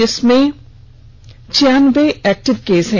जिसमें छियानवें active case हैं